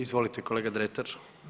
Izvolite kolega Dretar.